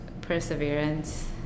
perseverance